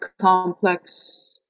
complex